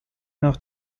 nach